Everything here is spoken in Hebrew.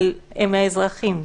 אבל הם אזרחים.